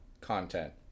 content